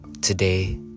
today